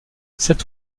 cet